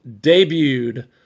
debuted